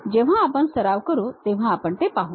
जेव्हा आपण सराव करू तेव्हा आपण ते पाहू